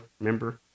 remember